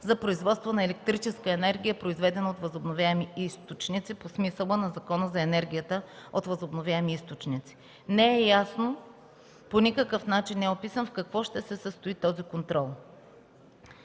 за производство на електрическа енергия, произведена от възобновяеми източници по смисъла на Закона за енергията от възобновяеми източници. Не е ясно, по никакъв начин не е описано в какво ще се състои този контрол.